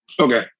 Okay